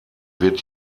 wird